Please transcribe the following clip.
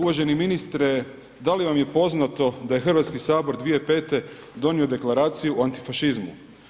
Uvaženi ministre, da li vam je poznato da je Hrvatski sabor 2005. donio Deklaraciju o antifašizmu.